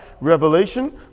revelation